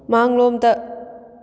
ꯃꯥꯡꯂꯣꯝꯗ